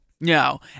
No